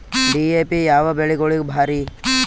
DAP ಯಾವ ಬೆಳಿಗೊಳಿಗ ಭಾರಿ?